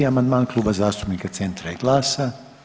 75. amandman Kluba zastupnika Centra i GLAS-a.